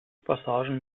passagen